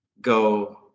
go